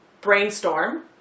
brainstorm